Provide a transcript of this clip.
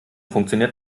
funktioniert